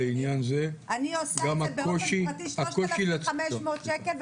אני עושה את זה באופן פרטי, 3,500 שקל.